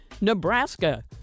Nebraska